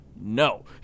no